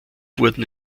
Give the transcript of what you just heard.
wurden